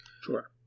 Sure